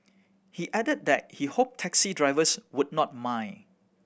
he added that he hope taxi drivers would not mind